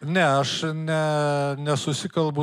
ne aš ne nesusikalbu